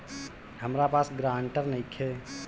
हमरा पास ग्रांटर नइखे?